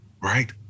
Right